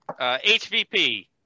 HVP